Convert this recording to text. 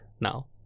now